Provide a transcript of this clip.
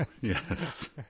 Yes